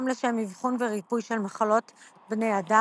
גם לשם אבחון וריפוי של מחלות בני-אדם.